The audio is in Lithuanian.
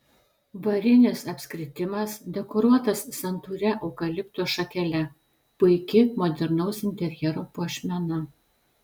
varinis apskritimas dekoruotas santūria eukalipto šakele puiki modernaus interjero puošmena